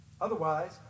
Otherwise